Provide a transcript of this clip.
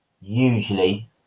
usually